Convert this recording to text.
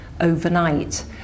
overnight